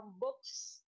books